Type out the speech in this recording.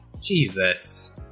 Jesus